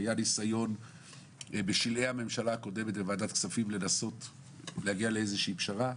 בסוף ימי הממשלה הקודמת היה ניסיון בוועדת הכספים להגיע לפשרה,